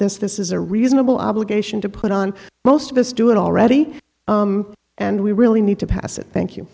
this this is a reasonable obligation to put on most of us do it already and we really need to pass it thank